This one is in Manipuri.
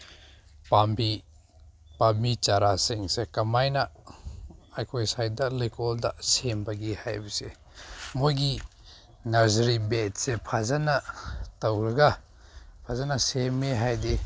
ꯄꯥꯝꯕꯤ ꯄꯥꯝꯕꯤ ꯆꯥꯔꯥꯁꯤꯡꯁꯦ ꯀꯃꯥꯏꯅ ꯑꯩꯈꯣꯏ ꯁꯥꯏꯗ ꯂꯩꯀꯣꯜꯗ ꯁꯦꯝꯕꯒꯦ ꯍꯥꯏꯕꯁꯦ ꯃꯣꯏꯒꯤ ꯅꯖꯔꯤ ꯕꯦꯗꯁꯦ ꯐꯖꯅ ꯇꯧꯔꯒ ꯐꯖꯅ ꯁꯦꯝꯃꯦ ꯍꯥꯏꯗꯤ